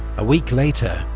a week later,